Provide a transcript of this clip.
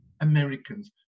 Americans